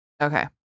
Okay